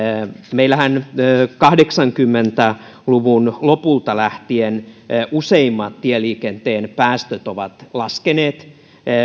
meillähän kahdeksankymmentä luvun lopulta lähtien useimmat tieliikenteen päästöt ovat laskeneet